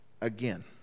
again